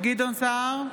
גדעון סער,